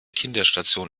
kinderstation